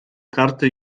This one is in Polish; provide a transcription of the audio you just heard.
karty